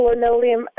linoleum